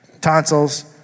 tonsils